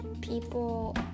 people